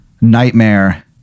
nightmare